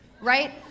right